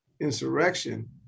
insurrection